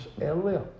earlier